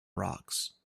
rocks